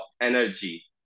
energy